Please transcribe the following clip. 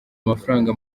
amafaranga